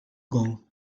gong